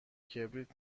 کبریت